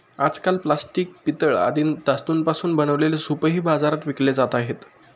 आजकाल प्लास्टिक, पितळ आदी धातूंपासून बनवलेले सूपही बाजारात विकले जात आहेत